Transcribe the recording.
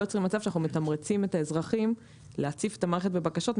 יוצרים מצב שאנחנו מתמרצים את האזרחים להציף את המערכת בבקשות.